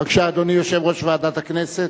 בבקשה, אדוני יושב-ראש ועדת הכנסת.